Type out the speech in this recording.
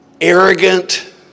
arrogant